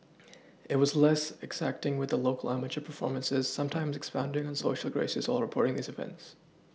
it was less exacting with local amateur performances sometimes expounding on Social graces while reporting these events